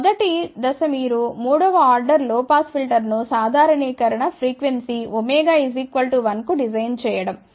కాబట్టి మొదటి దశ మీరు మూడవ ఆర్డర్ లో పాస్ ఫిల్టర్నుసాధారణీకరణ ఫ్రీక్వెన్సీ 1 కు డిజైన్ చేయడం